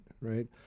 right